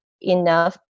enough